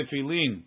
Tefillin